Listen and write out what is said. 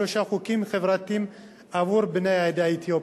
שלושה חוקים חברתיים עבור בני העדה האתיופית: